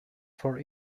for